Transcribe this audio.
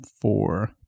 four